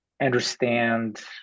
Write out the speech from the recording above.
understand